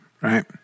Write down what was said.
right